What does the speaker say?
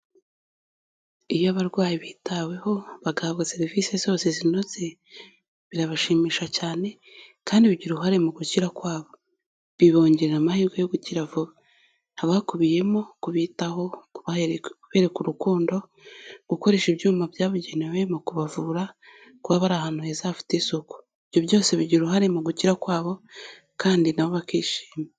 Iyo abarwayi bitaweho bagahabwa serivisi zose zinoze, birabashimisha cyane kandi bigira uruhare mu gukira kwabo, bibongerera amahirwe yo gukira vuba. Haba habakubiyemo kubitaho, kubereka urukundo, gukoresha ibyuma byabugenewe mu kubavura, kuba bari ahantu heza hafite isuku. Ibyo byose bigira uruhare mu gukira kwabo kandi nabo bakishima.